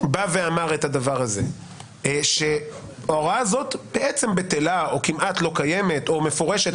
אמר שההוראה הזאת בטלה או כמעט לא קיימת או מפורשת